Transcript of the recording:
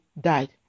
died